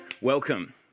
Welcome